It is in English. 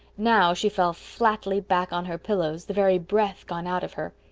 now she fell flatly back on her pillows, the very breath gone out of her.